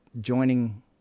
joining